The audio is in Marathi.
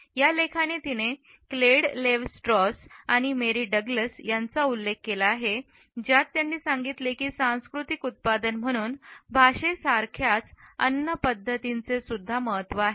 या लेखाने तिने क्लेड लेव्ह स्ट्रॉस आणि मेरी डग्लस यांचा उल्लेख केला आहे ज्यात त्यांनी सांगितले सांस्कृतिक उत्पादन म्हणून भाषेसारख्याच अन्न पद्धतींचे सुद्धा महत्त्व आहे